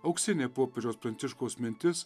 auksinė popiežiaus pranciškaus mintis